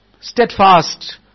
steadfast